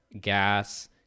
Gas